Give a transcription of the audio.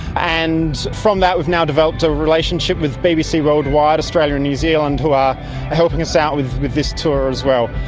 and from that we've now developed a relationship with bbc worldwide, australia and new zealand, who are ah helping us out with with this tour as well.